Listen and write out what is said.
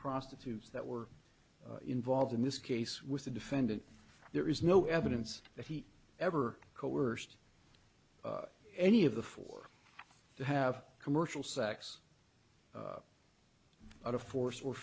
prostitutes that were involved in this case with the defendant there is no evidence that he ever coerced any of the four to have commercial sex out of force or